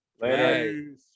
Later